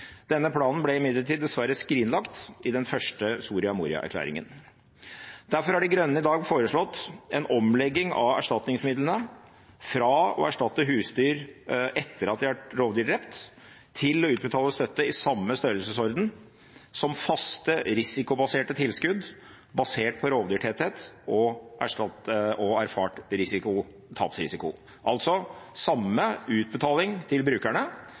Denne planen ble imidlertid dessverre skrinlagt i den første Soria Moria-erklæringen. Derfor har De grønne i dag foreslått en omlegging av erstatningsmidlene fra å erstatte husdyr etter at de har blitt drept av rovdyr, til å utbetale støtte i samme størrelsesorden som faste «risikobaserte» tilskudd basert på rovdyrtetthet og erfart tapsrisiko – altså samme utbetaling til brukerne,